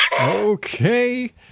Okay